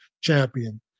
champion